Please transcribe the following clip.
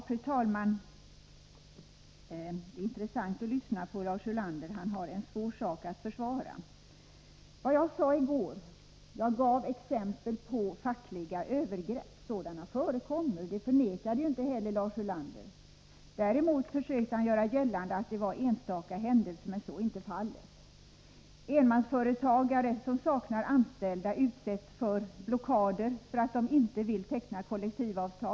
Fru talman! Det är intressant att lyssna till Lars Ulander. Han har en svår sak att försvara. I går gav jag exempel på fackliga övergrepp. Att sådana förekommer förnekade inte heller Lars Ulander. Däremot försökte han göra gällande att det var enstaka händelser, men så är inte fallet. Enmansföretagare som saknar anställda utsätts för blockader för att de inte vill teckna kollektivavtal.